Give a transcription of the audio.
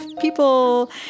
people